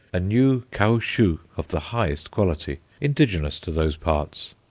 a new caoutchouc of the highest quality, indigenous to those parts.